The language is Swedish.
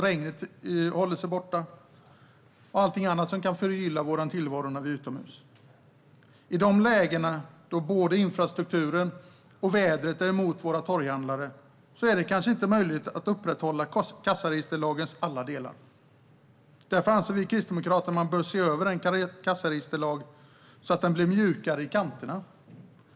Detta och mycket annat kan förgylla vår tillvaro när vi är utomhus. I de lägen då både infrastrukturen och vädret är emot våra torghandlare är det kanske inte möjligt att upprätthålla kassaregisterlagens alla delar. Därför anser vi kristdemokrater att man bör se över kassaregisterlagen så att den blir mjukare i kanterna.